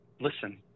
listen